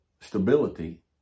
stability